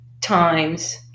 times